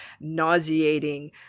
nauseating